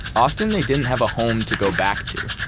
often, they didn't have a home to go back to.